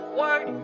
word